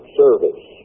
service